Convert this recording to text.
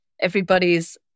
everybody's